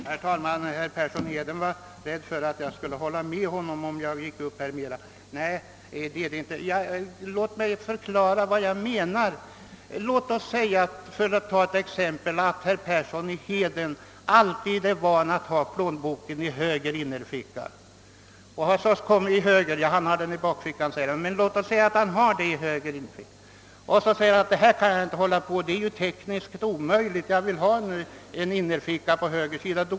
Herr talman! Herr Persson i Heden var rädd för att jag skulle hålla med honom, om jag gick upp i talarstolen ännu en gång, men det finns ingen risk för detta. Låt mig med en jämförelse förklara vad jag menar. Herr Persson i Heden är kanske van att ha plånboken i höger innerficka på kavajen. Så får han en kavaj utan en sådan ficka, men det är tekniskt omöjligt för honom att klara sig utan denna. Därför ser han till att skräddaren syr dit en innerficka på höger sida.